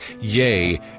yea